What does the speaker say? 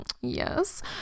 yes